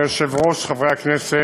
אדוני היושב-ראש, חברי הכנסת,